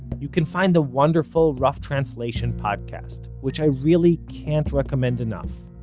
you can find the wonderful rough translation podcast, which i really can't recommend enough,